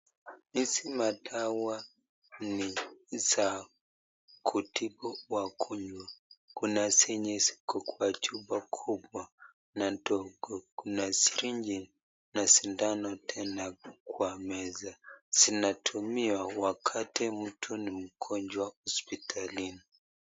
Hizi madawa ni za kutibu wagonjwa. Kuna zenye ziko kwa chupa kubwa na ndogo. Kuna syringe na sindano tena kwa meza zinatumiwa wakati mtu ni mgonjwa hospitalini.